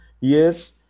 yes